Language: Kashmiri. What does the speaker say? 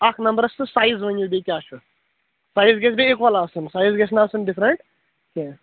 اکھ نمبرس تہٕ سایز ؤنِو بیٚیہِ کیٛاہ چھُ سایز گژھِ بیٚیہِ اِیٖکول آسُن سایز گژھِ نہٕ آسُن ڈِفرٛنٛٹ کیٚنٛہہ